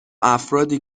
افرادی